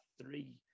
three